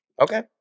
Okay